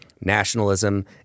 nationalism